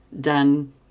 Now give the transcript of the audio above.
done